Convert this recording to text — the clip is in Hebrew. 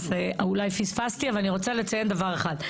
אולי פספסתי אבל אני רוצה לציין דבר אחד.